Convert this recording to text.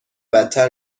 بدتر